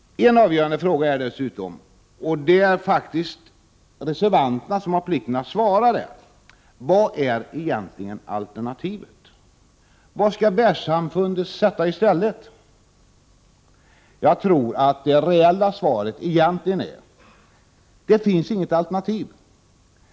En avgörande fråga är dessutom, och där har faktiskt reservanterna plikten att svara: Vad är egentligen alternativet? Vad skall världssamfundet sätta i stället? Jag tror att det reella svaret är: det finns inget alternativ.